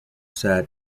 set